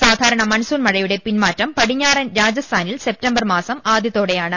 സാധാരണ മൺസൂൺ മഴയുടെ പിന്മാറ്റം പടഞ്ഞാറൻ രാജസ്ഥാനിൽ സെപ്റ്റംബർ മാസം ആദ്യത്തോടെയാണ്